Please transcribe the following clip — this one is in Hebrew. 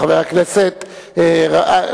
חבר הכנסת גנאים,